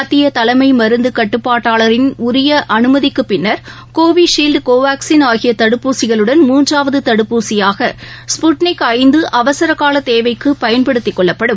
மத்திய தலைமை மருந்து கட்டுப்பாட்டாளரின் உரிய அனுமதிக்கு பின்னர் கோவிஷீல்டு கோவாக்ஸின் ஆகிய தடுப்பூசிகளுடன் மூன்றாவது தடுப்பூசியாக ஸ்புட்னிக் ஐந்து அவசர கால தேவைக்கு பயன்படுத்திக் கொள்ளப்படும்